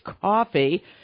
Coffee